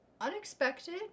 unexpected